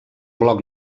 bloc